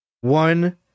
One